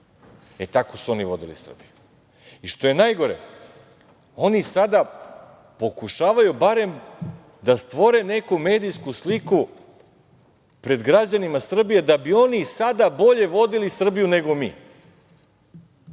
Tako su oni vodili Srbiju. Što je najgore, oni sada pokušavaju barem da stvore neku medijsku sliku pred građanima Srbije da bi oni sada bolje vodili Srbiju nego mi.